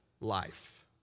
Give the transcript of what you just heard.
life